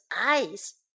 eyes